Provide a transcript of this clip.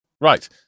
Right